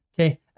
okay